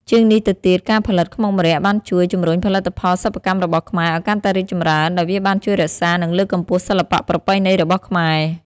ជាងនេះទៅទៀត ការផលិតខ្មុកម្រ័ក្សណ៍បានជួយ ជំរុញផលិតផលសិប្បកម្មរបស់ខ្មែរ ឲ្យកាន់តែរីកចម្រើន ដោយវាបានជួយរក្សា និងលើកកម្ពស់សិល្បៈប្រពៃណីរបស់ខ្មែរ ។